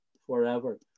forever